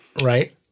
right